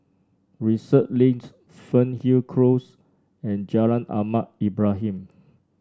Research Link Fernhill Close and Jalan Ahmad Ibrahim